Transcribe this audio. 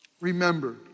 Remember